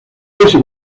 ese